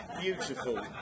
beautiful